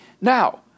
Now